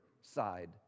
side